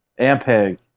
Ampeg